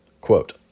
Quote